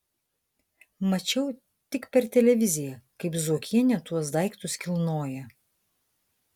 mačiau tik per televiziją kaip zuokienė tuos daiktus kilnoja